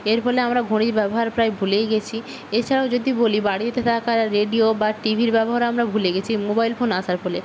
এর ফলে আমরা ঘড়ির ব্যবহার প্রায় ভুলেই গিয়েছি এছাড়াও যদি বলি বাড়িতে থাকা রেডিও বা টিভির ব্যবহার আমরা ভুলে গিয়েছি মোবাইল ফোন আসার ফলে